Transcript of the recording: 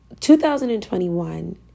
2021